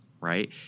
right